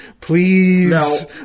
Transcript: please